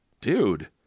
Dude